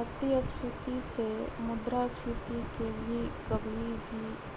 अतिस्फीती से मुद्रास्फीती के भी